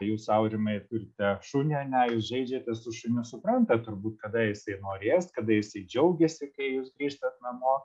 jūs aurimai turite šunį ar ne jūs žeidžiate su šuniu suprantat turbūt kada jisai norės kada jisai džiaugiasi kai jūs grįžtat namo